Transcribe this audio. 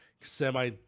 semi